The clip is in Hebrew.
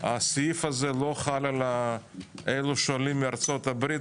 הסעיף הזה לא חל על אלה שעולים מארצות הברית,